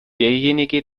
derjenige